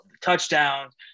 touchdowns